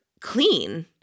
clean